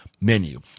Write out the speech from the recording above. Menu